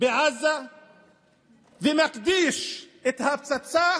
בעזה ומקדיש את הפצצה